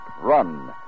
Run